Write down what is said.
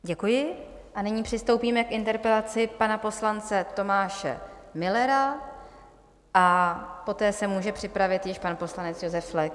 Děkuji a nyní přistoupíme k interpelaci pana poslance Tomáše Müllera a poté se může připravit již pan poslanec Josef Flek.